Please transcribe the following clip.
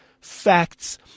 facts